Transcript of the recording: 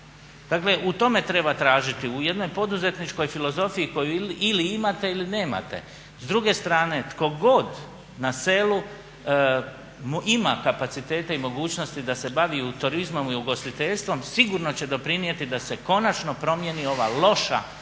Dakle u tome treba tražiti u jednoj poduzetničkoj filozofiji koju imate ili nemate. S druge strane, tko god na selu ima kapacitete i mogućnosti da se bave turizmom i ugostiteljstvom sigurno će doprinijeti da se konačno promijeni ova loši